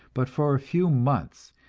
but for a few months,